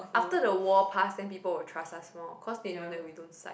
after the war past then people will trust us more cause they know that we don't side